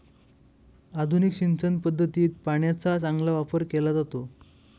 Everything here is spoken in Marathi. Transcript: आधुनिक सिंचन पद्धतीत पाण्याचा चांगला वापर केला जातो